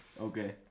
Okay